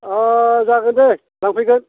अह जागोन दे लांफैगोन